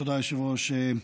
תודה, היושב-ראש.